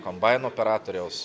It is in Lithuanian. kombaino operatoriaus